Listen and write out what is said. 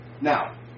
Now